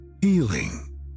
healing